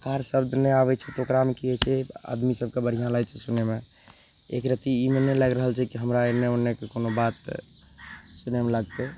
आकार शब्द नहि आबय छै तऽ ओकरामे की होइ छै आदमी सभके बढ़िआँ लागय छै सुनयमे एकरत्ती ई मन नहि लागि रहल छै कि हमरा एन्ने ओनेके कोनो बात सुनयमे लागतइ